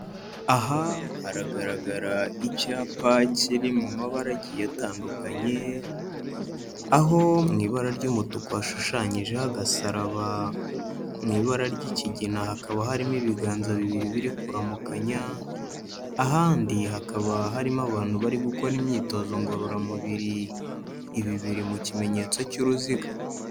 Aha haragaragara icyapa kiri mu mabara agiye atandukanye, aho mu ibara ry'umutuku hashushanyijeho agasaraba, mu ibara ry'ikigina hakaba harimo ibiganza bibiri biri kuramukanya, ahandi hakaba harimo abantu bari gukora imyitozo ngororamubiri, ibi biri mu kimenyetso cy'uruziga.